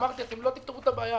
אמרתי, אתם לא תפתרו את הבעיה,